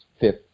fifth